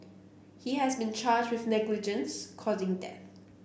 he has been charged with negligence causing death